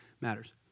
matters